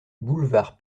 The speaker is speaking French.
boulevard